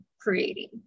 creating